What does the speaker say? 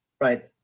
Right